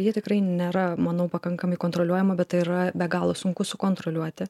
ji tikrai nėra manau pakankamai kontroliuojama bet tai yra be galo sunku sukontroliuoti